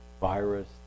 virus